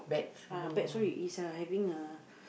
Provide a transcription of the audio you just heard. ah bad sorry he's uh having a